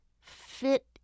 fit